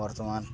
ବର୍ତ୍ତମାନ